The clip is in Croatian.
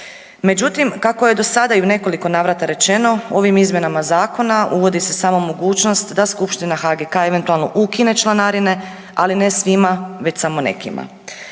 Međutim, kako je do sada i u nekoliko navrata rečeno ovim izmjenama zakona uvodi se samo mogućnost da skupština HGK eventualno ukine članarine, ali ne svima već samo nekima.